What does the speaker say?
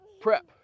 Prep